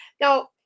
now